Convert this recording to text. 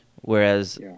Whereas